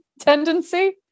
tendency